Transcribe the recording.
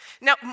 Now